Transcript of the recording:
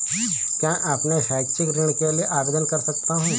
क्या मैं अपने शैक्षिक ऋण के लिए आवेदन कर सकता हूँ?